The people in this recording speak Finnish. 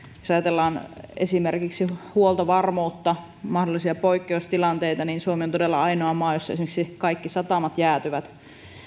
jos ajatellaan esimerkiksi huoltovarmuutta mahdollisia poikkeustilanteita niin suomi on todella ainoa maa jossa esimerkiksi kaikki satamat jäätyvät